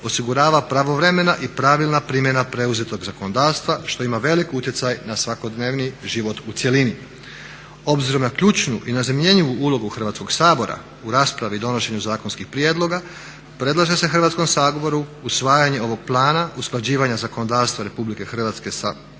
osigurava pravovremena i pravilna primjena preuzetog zakonodavstva što ima velik utjecaj na svakodnevni život u cjelini. Obzirom na ključnu i nezamjenjivu ulogu Hrvatskog sabora u raspravi o donošenju zakonskih prijedloga, predlaže se Hrvatskom saboru usvajanje ovog plana usklađivanja zakonodavstva Republike Hrvatske sa